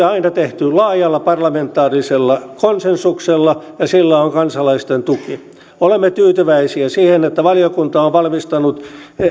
aina tehty laajalla parlamentaarisella konsensuksella ja sillä on kansalaisten tuki olemme tyytyväisiä siihen että valiokunta on valmistanut